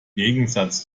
gegensatz